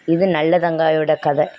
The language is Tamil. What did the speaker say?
இது நல்லதங்கையோட கதை